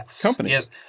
companies